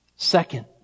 Second